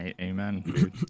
amen